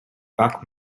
buck